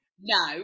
no